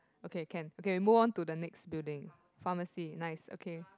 okay can okay we move on to the next building pharmacy nice okay